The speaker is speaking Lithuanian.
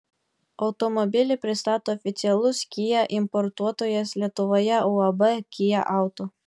automobilį pristato oficialus kia importuotojas lietuvoje uab kia auto